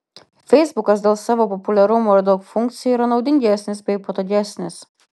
feisbukas dėl savo populiarumo ir daug funkcijų yra naudingesnis bei patogesnis